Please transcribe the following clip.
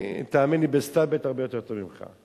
אני, תאמין לי, בסתלבט הרבה יותר טוב ממך.